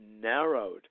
narrowed